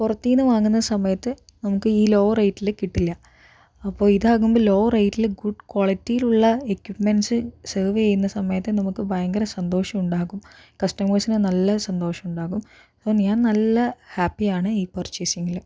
പുറത്ത് നിന്ന് വാങ്ങുന്ന സമയത്ത് നമുക്ക് ഈ ലോ റേറ്റില് കിട്ടില്ല അപ്പോൾ ഇതാകുമ്പോ ലോ റേറ്റില് ഗുഡ് ക്വാളിറ്റിലുള്ള എക്യുപ്മെൻ്റ്സ് സെർവ് ചെയ്യുന്ന സമയത്ത് നമുക്ക് ഭയങ്കര സന്തോഷം ഉണ്ടാകും കസ്റ്റമേഴ്സിന് നല്ല സന്തോഷമുണ്ടാകും ഞാൻ നല്ല ഹാപ്പിയാണ് ഈ പർച്ചേസിങ്ങില്